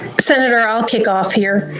senator, i'll kick off here.